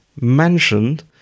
mentioned